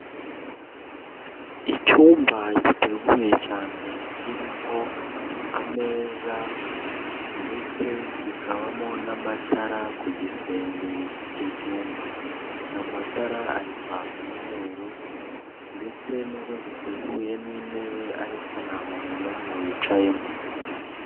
Icyumba giteguye cyane kirimwo ameza ndetse kikabamo n'amatara ku gisenge cy'icyo cyumba, ayo matara arire kwaka mweru ndetse n'ubwo giteguye n'intebe ariko nta muntu n'umwe wicayemo.